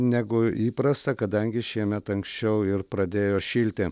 negu įprasta kadangi šiemet anksčiau ir pradėjo šilti